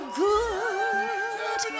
good